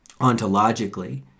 Ontologically